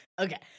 Okay